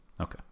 Okay